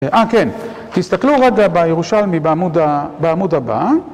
אה כן, תסתכלו רגע בירושלמי בעמוד הבא.